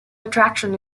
attraction